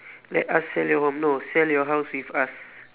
let us sell your home no sell your house with us